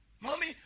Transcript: Mommy